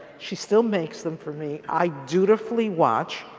she still makes them for me. i dutifully watch.